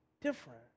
different